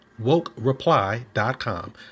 wokereply.com